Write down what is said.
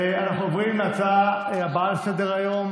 אנחנו עוברים להצבעה על ההצעה הבאה לסדר-היום,